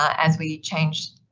as we change,